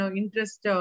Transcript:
interest